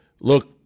look